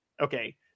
Okay